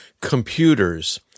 Computers